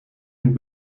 een